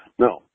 No